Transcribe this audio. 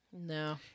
No